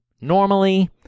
Normally